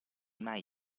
mai